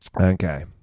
okay